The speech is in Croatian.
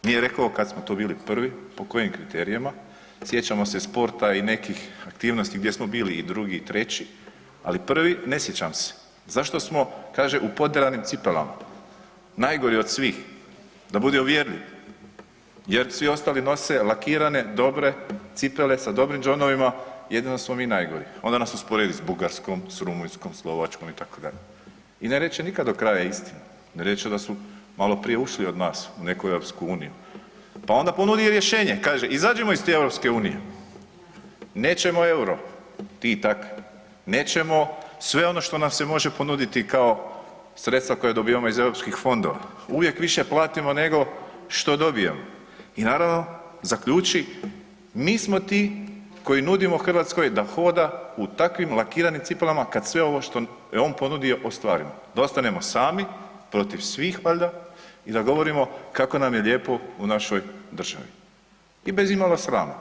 Nije rekao kad smo to bili prvi, po kojim kriterijima, sjećamo se sporta i nekih aktivnosti gdje smo bili i drugi i treći, ali prvi ne sjećam se, zašto smo kaže u poderanim cipelama, najgori od svih, da bude uvjerljiv jer svi ostali nose lakirane dobre cipele sa dobrim đonovima, jedino smo mi najgori, onda nas usporedi s Bugarskom, s Rumunjskom, Slovačkom itd. i ne reče nikad do kraja istinu, reče da su malo prije ušli od nas u neku EU, pa onda ponudi rješenje, kaže izađimo iz te EU, nećemo EUR-o …/nerazumljivo/… nećemo sve ono što nam se može ponuditi kao sredstva koja dobivamo iz europskih fondova, uvijek više platimo nego što dobijemo i naravno zaključi, mi smo ti koji nudimo Hrvatskoj da hoda u takvim lakiranim cipelama kad sve ovo što je on ponudio ostvarimo, da ostanemo sami protiv svih valjda i da govorimo kako nam je lijepo u našoj državi i bez imalo srama.